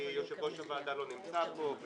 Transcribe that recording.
כי יושב-ראש הוועדה לא נמצא פה,